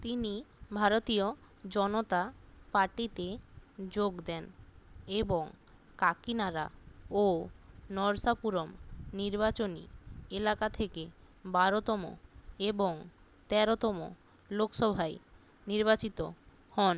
তিনি ভারতীয় জনতা পার্টিতে যোগ দেন এবং কাকিনাড়া ও নরসাপুরম নির্বাচনী এলাকা থেকে বারোতম এবং তেরোতম লোকসভায় নির্বাচিত হন